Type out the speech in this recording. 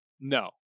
No